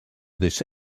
this